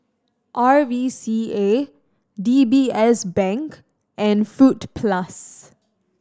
R V C A D B S Bank and Fruit Plus